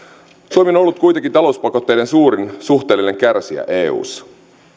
suomi on ollut kuitenkin talouspakotteiden suurin suhteellinen kärsijä eussa